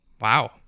Wow